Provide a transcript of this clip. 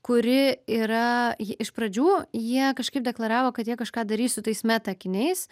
kuri yra ji iš pradžių jie kažkaip deklaravo kad jie kažką darys su tais meta akiniais